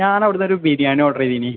ഞാൻ അവിടുന്നൊരു ബിരിയാണി ഓർഡർ ചെയ്തിന്